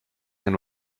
and